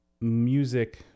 music